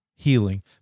healing